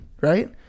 right